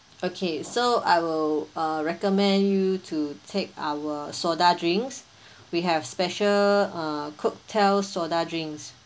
okay so I will uh recommend you to take our soda drinks we have special uh cocktail soda drinks